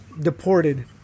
deported